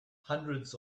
hundreds